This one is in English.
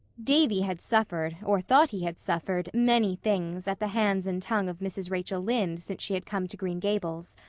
davy had suffered, or thought he had suffered, many things at the hands and tongue of mrs. rachel lynde since she had come to green gables,